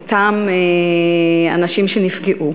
אותם אנשים שנפגעו.